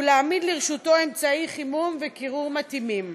ולהעמיד לרשותו אמצעי חימום וקירור מתאימים.